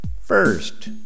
First